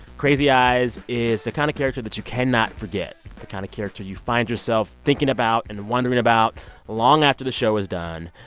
crazy eyes is the kind of character that you cannot forget, the kind of character you find yourself thinking about and wondering about long after the show is done.